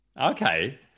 okay